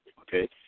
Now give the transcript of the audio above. okay